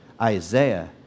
Isaiah